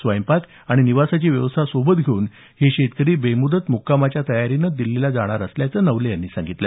स्वयंपाक आणि निवासाची व्यवस्था सोबत घेऊन हे शेतकरी बेमूदत मुक्कामाच्या तयारीने दिल्लीला जाणार असल्याचं नवले यांनी सांगितलं